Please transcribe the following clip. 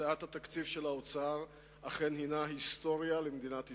הצעת התקציב של האוצר אכן הינה היסטוריה למדינת ישראל.